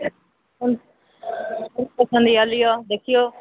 कोन पसन्द होइए लिअऽ देखियौ